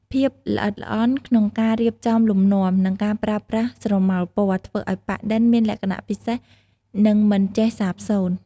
ភាពល្អិតល្អន់ក្នុងការរៀបចំលំនាំ និងការប្រើប្រាស់ស្រមោលពណ៌ ធ្វើឱ្យប៉ាក់-ឌិន មានលក្ខណៈពិសេស និងមិនចេះសាបសូន្យ។